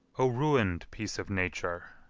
o ruin'd piece of nature!